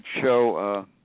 show